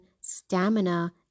stamina